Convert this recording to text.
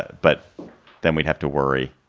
but then we'd have to worry.